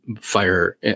fire